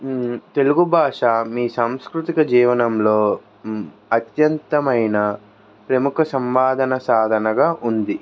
తెలుగు భాష మీ సాంస్కృతిక జీవనంలో అత్యంతమైన ప్రముఖ సంవాదన సాధనగా ఉంది